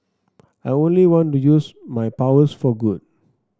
I only want to use my powers for good